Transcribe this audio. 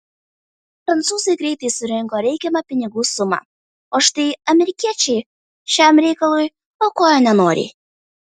prancūzai greitai surinko reikiamą pinigų sumą o štai amerikiečiai šiam reikalui aukojo nenoriai